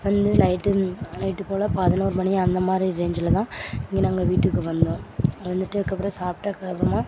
வந்து night night போல் பதினொரு மணி அந்த மாதிரி ரேஞ்சில் தான் இங்கே நாங்கள் வீட்டுக்கு வந்தோம் வந்துவிட்டு அதுக்கப்புறம் சாப்பிட்டதுக்கு அப்புறமா